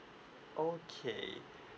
okay